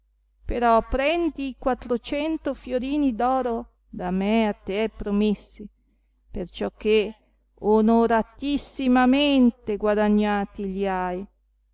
però prendi i quattrocento fiorini d'oro da me a te promessi perciò che onoratissimamente guadagnati gli hai